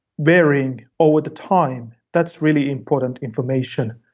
varying over the time, that's really important information.